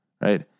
Right